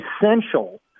essential